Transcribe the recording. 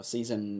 Season